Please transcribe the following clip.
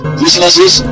businesses